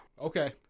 Okay